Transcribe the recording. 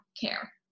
care